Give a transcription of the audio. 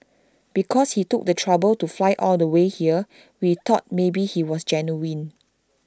because he took the trouble to fly all the way here we thought maybe he was genuine